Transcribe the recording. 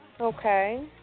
Okay